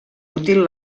útil